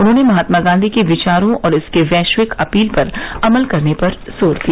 उन्होंने महात्मा गांधी के विचारों और इसके वैश्विक अपील पर अमल करने पर जोर दिया